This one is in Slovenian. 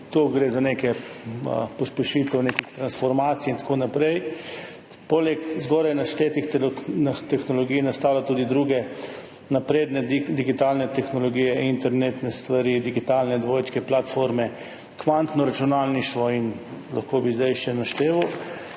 Gre za pospešitev nekih transformacij in tako naprej. Poleg zgoraj naštetih tehnologij naslavlja tudi druge napredne digitalne tehnologije, internetne stvari, digitalne dvojčke, platforme, kvantno računalništvo in lahko bi zdaj še našteval.